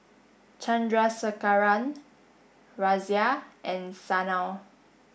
Chandrasekaran Razia and Sanal